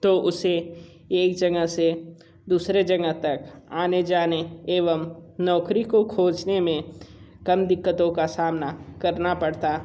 तो उसे एक जगह से दूसरे जगह तक आने जाने एवं नौकरी को खोजने में कम दिक्कतों का सामना करना पड़ता